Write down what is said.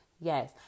Yes